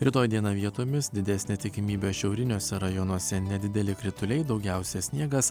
rytoj dieną vietomis didesnė tikimybė šiauriniuose rajonuose nedideli krituliai daugiausia sniegas